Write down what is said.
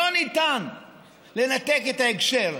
אי-אפשר לנתק את ההקשר.